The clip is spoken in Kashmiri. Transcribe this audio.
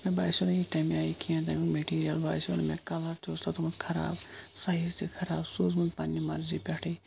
مےٚ باسیو نہٕ یہِ تمہِ آیہِ کینٛہہ تمکۍ میٚٹیرِیَل باسیو نہٕ مےٚ کَلَر تہِ اوس تَتھ گۄمُت خَراب سایِز تہِ خَراب سوٗزمُت پَننہِ مَرضی پیٹھ